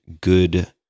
good